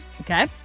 Okay